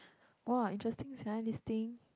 !wah! interesting sia this thing